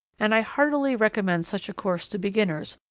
and i heartily recommend such a course to beginners,